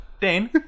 Dane